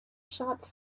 shots